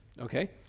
Okay